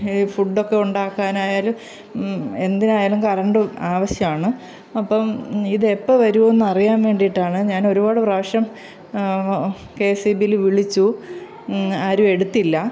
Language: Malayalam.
ഈ ഫുഡ്ഡൊക്കെ ഉണ്ടാക്കാനായാലും എന്തിനായാലും കറണ്ട് ആവശ്യമാണ് അപ്പം ഇതെപ്പം വരുമെന്നറിയാൻ വേണ്ടിയിട്ടാണ് ഞാനൊരുപാട് പ്രാവശ്യം കെ എസ് സി ബിയിൽ വിളിച്ചു ആരും എടുത്തില്ല